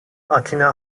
atina